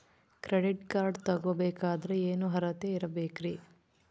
Credit card ತೊಗೋ ಬೇಕಾದರೆ ಏನು ಅರ್ಹತೆ ಇರಬೇಕ್ರಿ?